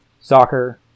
soccer